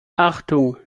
achtung